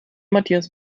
matthias